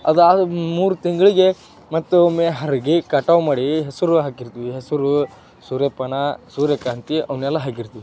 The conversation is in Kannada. ಅದು ಆದ ಮೂರು ತಿಂಗಳಿಗೆ ಮತ್ತೊಮ್ಮೆ ಹರಗಿ ಕಟಾವು ಮಾಡಿ ಹೆಸರು ಹಾಕಿರ್ತೀವಿ ಹೆಸರು ಸೂರ್ಯಪಾನ ಸೂರ್ಯಕಾಂತಿ ಅವನ್ನೆಲ್ಲ ಹಾಕಿರ್ತೀವಿ